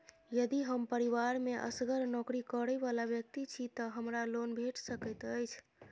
यदि हम परिवार मे असगर नौकरी करै वला व्यक्ति छी तऽ हमरा लोन भेट सकैत अछि?